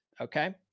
Okay